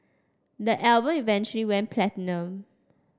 the album eventually went platinum